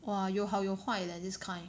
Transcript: !wah! 有好有坏 leh this kind